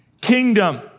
kingdom